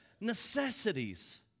necessities